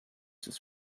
this